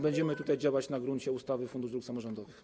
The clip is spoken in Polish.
Będziemy tutaj działać na gruncie ustawy o Funduszu Dróg Samorządowych.